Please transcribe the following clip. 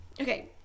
Okay